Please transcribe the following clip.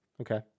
Okay